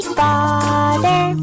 father